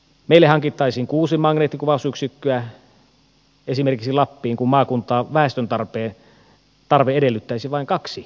meille lappiin hankittaisiin esimerkiksi kuusi magneettikuvausyksikköä kun maakunnan väestön tarve edellyttäisi vain kahta magneettikuvauslaitetta